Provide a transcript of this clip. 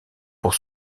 pour